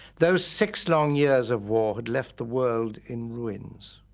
those six long years of war had left the world in ruins.